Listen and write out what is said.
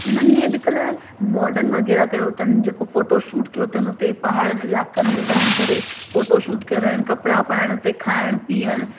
उन्हनि अॼुकल्ह मॉडन वग़ैरह कयो अथनि जेको फोटो शूट कयो अथनि उते पहाड़नि इलाइक़नि में वञी करे फोटो शूट करणु कपिड़ा पाइणु उते खाइणु पीअणु